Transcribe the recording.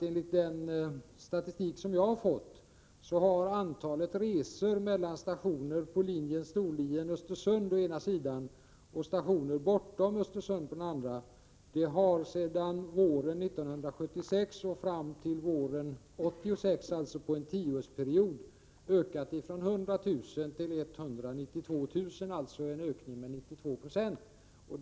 Enligt den statistik som jag har fått har antalet resor mellan stationer på linjen Storlien-Östersund å ena sidan och stationer bortom Östersund å den andra sedan våren 1976 fram till våren 1986, alltså under en tioårsperiod, ökat från 100 000 till 192 000, dvs. med 92 90.